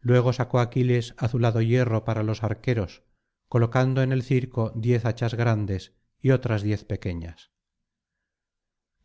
luego sacó aquiles azulado hierro para los arqueros colocando en el circo diez hachas grandes y otras diez pequeñas